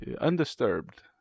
undisturbed